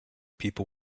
people